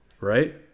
right